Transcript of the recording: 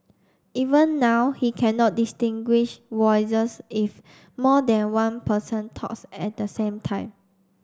even now he cannot distinguish voices if more than one person talks at the same time